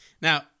Now